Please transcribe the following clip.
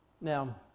Now